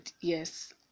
yes